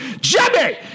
Jimmy